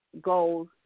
goals